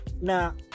Now